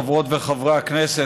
חברות וחברי הכנסת,